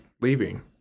leaving